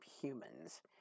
humans